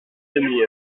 demi